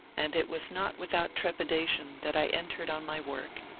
and it was not without trepidation that i entered on my work.